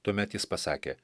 tuomet jis pasakė